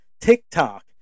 TikTok